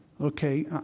Okay